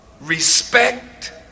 respect